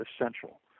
essential